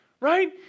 Right